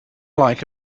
like